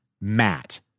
Matt